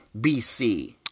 BC